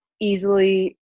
easily